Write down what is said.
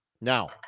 Now